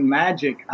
magic